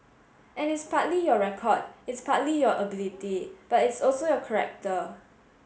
and it's partly your record it's partly your ability but it's also your character